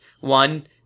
One